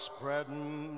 Spreading